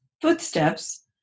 footsteps